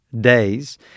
days